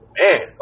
man